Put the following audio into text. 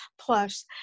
plus